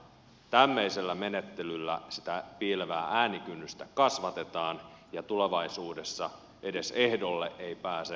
tämmöisellä menettelyllä sitä piilevää äänikynnystä kasvatetaan ja tulevaisuudessa edes ehdolle eivät pääse kuin rikkaat